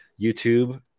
YouTube